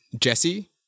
Jesse